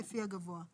לפי הגבוה ;